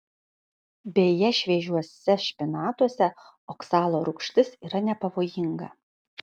beje šviežiuose špinatuose oksalo rūgštis yra nepavojinga